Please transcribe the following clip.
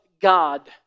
God